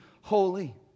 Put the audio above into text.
holy